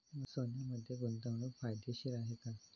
सोन्यामध्ये गुंतवणूक फायदेशीर आहे का?